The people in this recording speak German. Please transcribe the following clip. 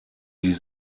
die